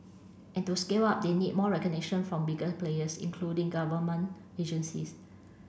and to scale up they need more recognition from bigger players including government agencies